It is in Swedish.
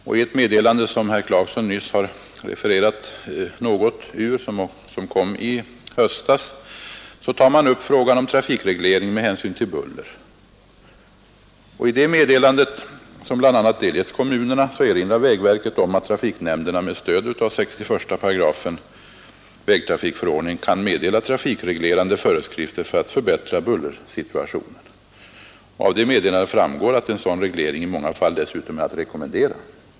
I meddelande nr 17, som herr Clarkson här citerade några meningar ur och som utkom i höstas, tar man upp frågan om trafikreglering med hänsyn till buller. I det meddelandet, som bl.a. har delgivits kommunerna, erinrar vägverket om att trafiknämnderna med stöd av 618 vägtrafikförordningen kan meddela trafikreglerande föreskrifter för att förbättra trafikbullersituationen. Av meddelandet framgår att en sådan reglering i många fall dessutom är att rekommendera.